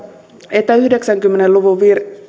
että yhdeksänkymmentä luvun